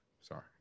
sorry